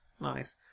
Nice